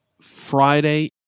Friday